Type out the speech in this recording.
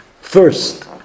First